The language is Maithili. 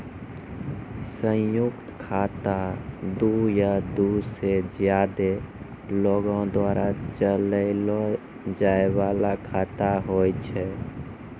संयुक्त खाता दु या दु से ज्यादे लोगो द्वारा चलैलो जाय बाला खाता होय छै